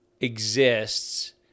exists